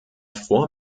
vor